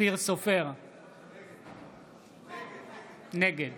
נגד